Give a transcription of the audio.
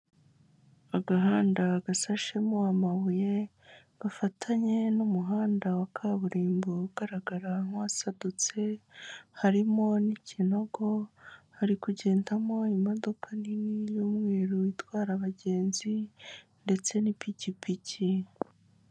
Agahanda gasashemo amabuye gafatanye n'umuhanda wa kaburimbo ugaragara nk'uwasadutse, harimo n'ikinogo hari kugendamo imodoka nini y'umweru itwara abagenzi ndetse n'ipikipiki.